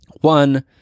one